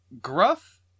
gruff